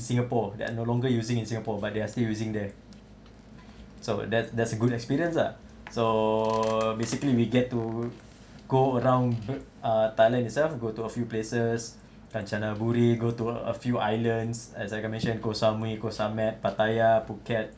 singapore that are no longer using in singapore but they are still using there so that that's a good experience lah so basically we get to go around err thailand itself go to a few places kanchanaburi go to a few islands as like I mentioned ko samui ko samet pattaya phuket